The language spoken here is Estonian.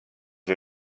või